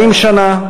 40 שנה,